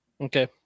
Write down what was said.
Okay